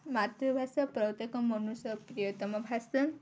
ମାତୃଭାଷା ପ୍ରତ୍ୟେକ ମନୁଷ୍ୟ ପ୍ରିୟତମ ଭାଷା